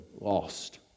lost